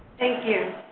thank you.